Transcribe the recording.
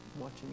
watching